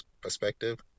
perspective